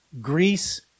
Greece